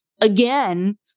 again